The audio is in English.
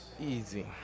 Easy